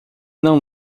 não